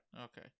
Okay